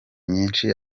nyinshi